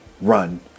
run